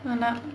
ஆமா:aamaa